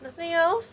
nothing else